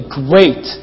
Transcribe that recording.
great